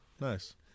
Nice